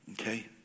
Okay